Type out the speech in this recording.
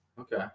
Okay